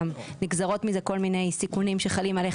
מזה נגזרים גם כל מיני סיכונים שחלים עליך,